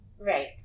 Right